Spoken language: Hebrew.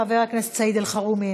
חבר הכנסת סעיד אלחרומי,